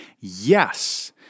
yes